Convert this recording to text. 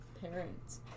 parents